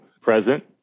present